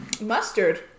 Mustard